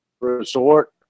resort